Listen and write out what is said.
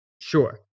sure